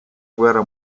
guerra